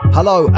Hello